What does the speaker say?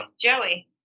Joey